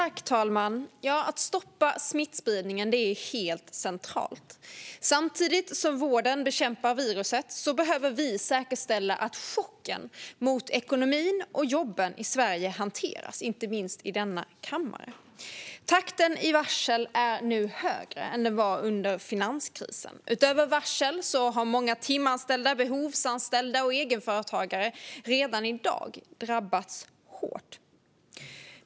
Fru talman! Att stoppa smittspridningen är helt centralt. Samtidigt som vården bekämpar viruset behöver vi säkerställa att chocken mot ekonomin och jobben i Sverige hanteras, inte minst i denna kammare. Takten i varslen är nu högre än den var under finanskrisen. Utöver varsel har många timanställda, behovsanställda och egenföretagare redan i dag drabbats hårt.